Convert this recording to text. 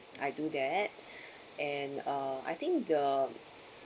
I do that and uh I think the